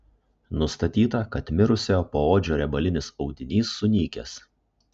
nustatyta kad mirusiojo poodžio riebalinis audinys sunykęs